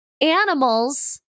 animals